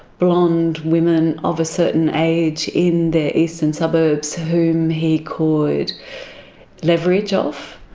blonde women of a certain age, in the eastern suburbs, whom he could leverage off,